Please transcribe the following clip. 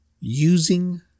Using